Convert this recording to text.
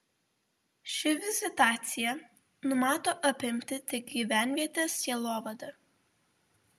ši vizitacija numato apimti tik gyvenvietės sielovadą